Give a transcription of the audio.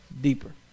Deeper